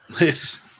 yes